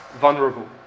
vulnerable